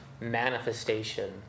manifestation